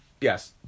yes